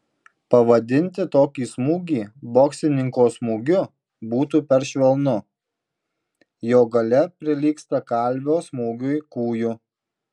pavadinti tokį smūgį boksininko smūgiu būtų per švelnu jo galia prilygsta kalvio smūgiui kūju